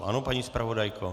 Ano, paní zpravodajko?